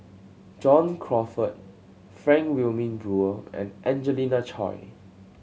John Crawfurd Frank Wilmin Brewer and Angelina Choy